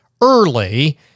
early